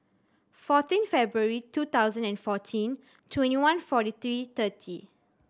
fourteen February two thousand and fourteen twenty one forty three thirty